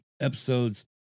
episodes